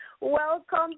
welcome